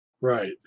Right